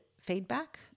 feedback